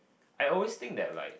I always think that like